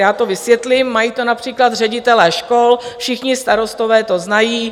Já to vysvětlím mají to například ředitelé škol, všichni starostové to znají.